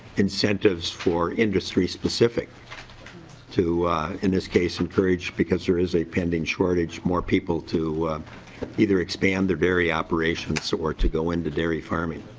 incentives for industry specific to in this case encourage because there is a pending shortage more people to either expand the dairy operations or go into dairy farming.